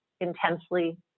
intensely